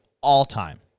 all-time